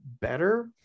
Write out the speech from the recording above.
better